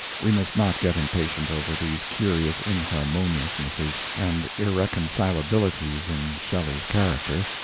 we must not get impatient over these curious inharmoniousnesses and irreconcilabilities in shelley's character.